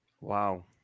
Wow